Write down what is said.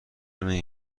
نمی